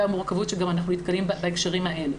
המורכבות שאנחנו נתקלים בה בהקשרים האלה.